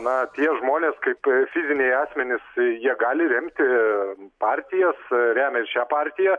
na tie žmonės kaip fiziniai asmenys jie gali remti partijas remia ir šią partiją